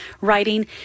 writing